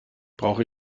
brauche